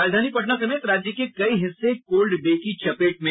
राजधानी पटना समेत राज्य के कई हिस्से कोल्ड डे की चपेट में